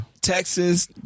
texas